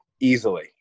easily